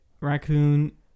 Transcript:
Raccoon